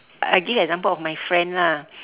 I give example of my friend lah